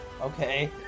Okay